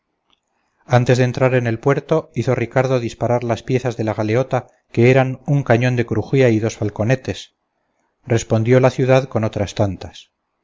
antes de entrar en el puerto hizo ricardo disparar las piezas de la galeota que eran un cañón de crujía y dos falconetes respondió la ciudad con otras tantas